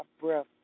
breath